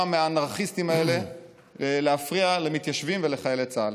מהאנרכיסטים האלה להפריע למתיישבים ולחיילי צה"ל.